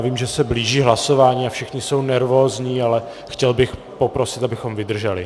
Vím, že se blíží hlasování a všichni jsou nervózní, ale chtěl bych poprosit, abychom vydrželi.